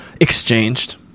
exchanged